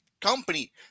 company